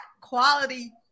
quality